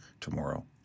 tomorrow